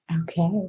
Okay